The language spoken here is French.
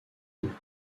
une